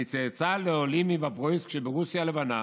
אני צאצא לעולים מבוברויסק שברוסיה הלבנה